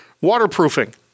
waterproofing